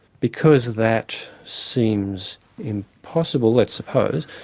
because that seems impossible, let's suppose,